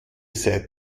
seid